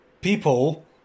People